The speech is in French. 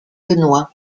benoît